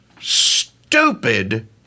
stupid